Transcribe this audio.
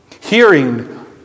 Hearing